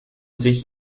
sich